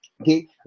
Okay